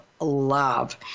love